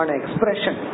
expression